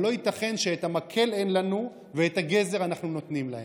לא ייתכן שאת המקל אין לנו ואת הגזר אנחנו נותנים להם.